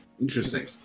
interesting